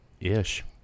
ish